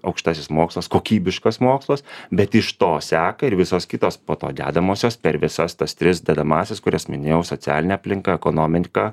aukštasis mokslas kokybiškas mokslas bet iš to seka ir visos kitos po to dedamosios per visas tas tris dedamąsias kurias minėjau socialinė aplinka ekonomika